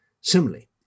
Similarly